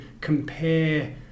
compare